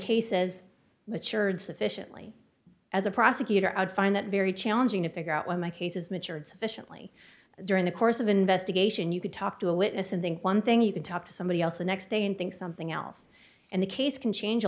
says mature sufficiently as a prosecutor i'd find that very challenging to figure out what my case is mature and sufficiently during the course of investigation you could talk to a witness and think one thing you can talk to somebody else the next day and think something else and the case can change a